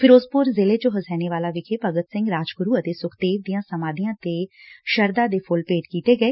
ਫਿਰੋਜ਼ਪੁਰ ਜ਼ਿਲ੍ਹੇ ਚ ਹੁਸੈਨੀਵਾਲਾ ਵਿਖੇ ਭਗਤ ਸਿੰਘ ਰਾਜਗੁਰੂ ਅਤੇ ਸੁਖਦੇਵ ਦੀਆਂ ਸਮਾਧੀਆਂ ਤੇ ਵੀ ਸ਼ਰਧਾ ਦੇ ਫੁੱਲ ਭੇਂਟ ਕੀਤੇ ਗਏ